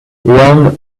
young